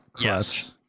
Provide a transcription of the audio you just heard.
yes